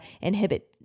inhibit